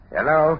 Hello